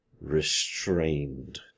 restrained